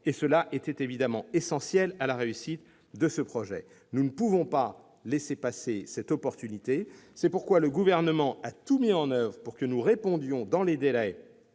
ce qui était essentiel à la réussite de ce projet. Nous ne pouvions pas laisser passer cette opportunité. C'est pourquoi le Gouvernement a tout mis en oeuvre pour que nous répondions dans les délais